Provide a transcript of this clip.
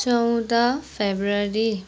चौध फेब्रुअरी